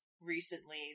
recently